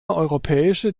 europäische